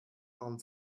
warum